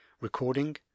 Recording